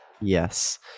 Yes